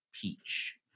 Peach